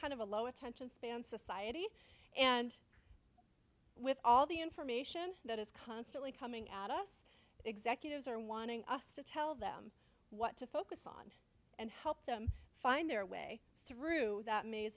kind of a low attention span society and with all the information that is constantly coming at us executives are wanting us to tell them what to focus on and help them find their way through that m